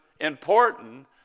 important